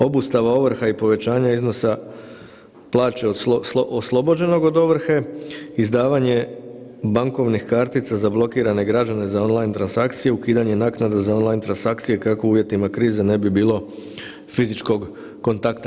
Obustava ovrha i povećanje iznosa plaća oslobođenog od ovrhe, izdavanje bankovnih kartica za blokirane građane za on line transakciju, ukidanje naknada na on line transakciju kao u uvjetima krize ne bilo fizičkog kontakta.